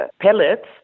pellets